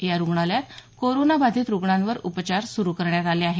या रूग्णालयात कोरोना बाधित रूग्णांवर उपचार सुरू करण्यात आले आहेत